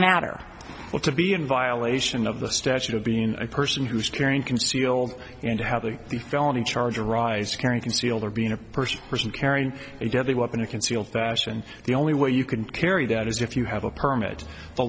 matter to be in violation of the statute of being a person who's carrying concealed and to have the the felony charge arise to carry concealed or being a person person carrying a deadly weapon or concealed fashion the only way you can carry that is if you have a permit the